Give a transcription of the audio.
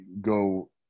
go